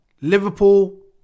Liverpool